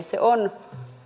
se on